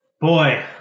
Boy